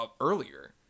earlier